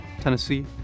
Tennessee